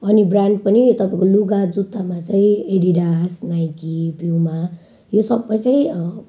अनि ब्रान्ड पनि तपाईँको लुगा जुत्तामा चाहिँ एडिडास नाइकी पुमा यो सबै चाहिँ